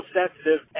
sensitive